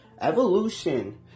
evolution